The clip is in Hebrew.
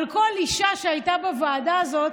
אבל כל אישה שהייתה בוועדה הזאת,